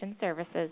Services